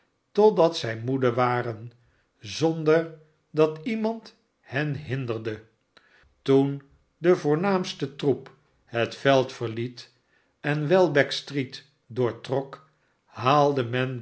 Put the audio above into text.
totdat zij moede waren zonder dat iemand hen hinderde toen de voornaamste troep het veld verliet en welbeck street doortrok haalde men